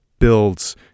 builds